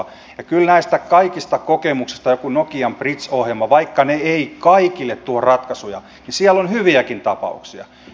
ja kyllä nämä kaikki kokemukset niin kuin nokian bridge ohjelma vaikka ne eivät kaikille tuo ratkaisuja niin siellä on hyviäkin tapauksia